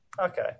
Okay